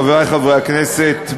חברי חברי הכנסת,